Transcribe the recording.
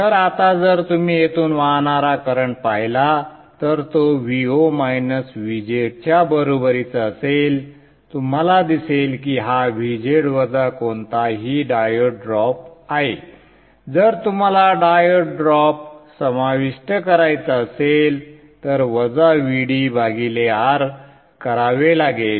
तर आता जर तुम्ही येथून वाहणारा करंट पाहिला तर तो Vo Vz च्या बरोबरीचा असेल तुम्हाला दिसेल की हा Vz वजा कोणताही डायोड ड्रॉप आहे संदर्भ वेळ 0659 जर तुम्हाला डायोड ड्रॉप समाविष्ट करायचा असेल तर वजा Vd भागिले R करावे लागेल